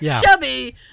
chubby